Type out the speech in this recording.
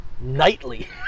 nightly